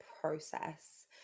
process